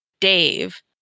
Dave